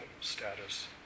status